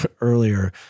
earlier